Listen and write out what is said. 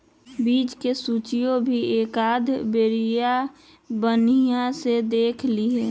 बीज के सूचियो भी एकाद बेरिया बनिहा से देख लीहे